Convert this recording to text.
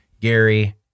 Gary